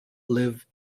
live